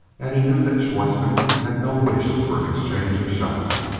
and he knew that schwartzmann had no wish for an exchange of shots,